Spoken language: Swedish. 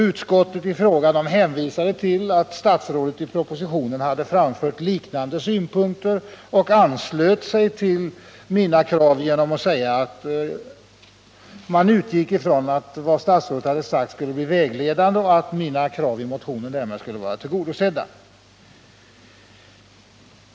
Utskottet som behandlade frågan hänvisade till att statsrådet i propositionen hade framfört liknande synpunkter och anslöt sig till mina krav genom att säga att man utgick ifrån att vad statsrådet hade sagt skulle bli vägledande och att mina krav i motionen därmed skulle vara tillgodosedda.